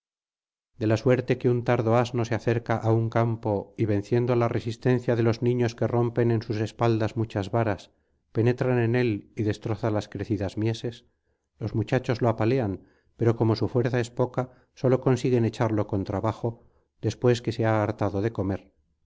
de la suerte que un tardo asno se acerca á un campo y venciendo la resistencia de los niños que rompen en sus espaldas muchas varas penetra en él y destroza las crecidas mieses los muchachos lo apalean pero como su fuerza es poca sólo consiguen echarlo con trabajo después que se ha hartado de comer